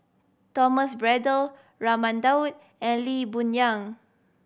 Thomas Braddell Raman Daud and Lee Boon Yang